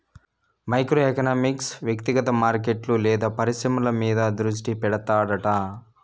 micro economics వ్యక్తిగత మార్కెట్లు లేదా పరిశ్రమల మీద దృష్టి పెడతాడట